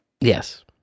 Yes